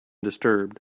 disturbed